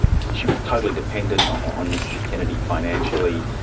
she was totally dependent on mr kennedy financially,